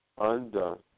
undone